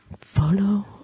follow